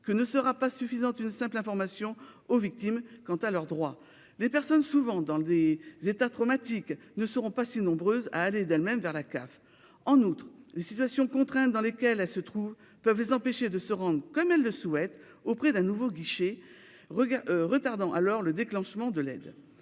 Nous savons tous qu'une simple information des victimes sur leurs droits ne sera pas suffisante. Les personnes, souvent dans des états traumatiques, ne seront pas si nombreuses à aller d'elles-mêmes vers la CAF. En outre, les situations contraintes dans lesquelles elles se trouvent peuvent les empêcher de se rendre comme elles le souhaitent auprès d'un nouveau guichet, retardant alors le déclenchement de l'aide.